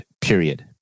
period